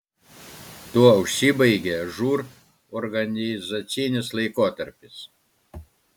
tuo užsibaigė žūr organizacinis laikotarpis